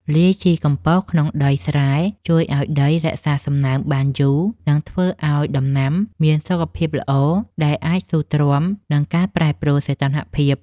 លាយជីកំប៉ុសក្នុងដីស្រែជួយឱ្យដីរក្សាសំណើមបានយូរ និង ធ្វើឱ្យដំណាំមានសុខភាពល្អដែលអាចស៊ូទ្រាំនឹងការប្រែប្រួលសីតុណ្ហភាព។